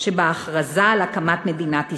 שבהכרזה על הקמת מדינת ישראל.